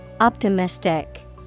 Optimistic